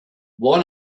why